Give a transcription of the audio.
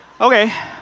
Okay